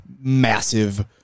massive